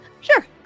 Sure